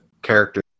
character